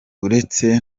uretse